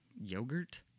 Yogurt